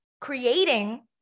creating